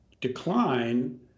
decline